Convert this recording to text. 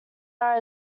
are